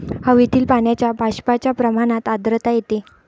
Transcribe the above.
हवेतील पाण्याच्या बाष्पाच्या प्रमाणात आर्द्रता येते